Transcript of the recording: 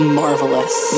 marvelous